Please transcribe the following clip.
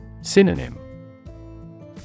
Synonym